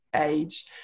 age